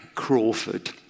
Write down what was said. Crawford